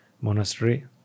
Monastery